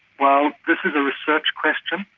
well this is a research question,